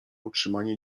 utrzymanie